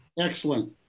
excellent